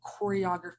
choreography